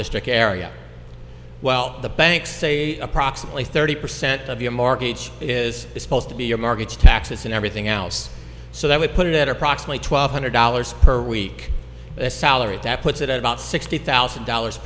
district area well the banks say approximately thirty percent of your mortgage is supposed to be your mortgage taxes and everything else so that would put it at approximately twelve hundred dollars per week a salary that puts it at about sixty thousand dollars